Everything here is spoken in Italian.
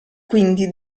quindi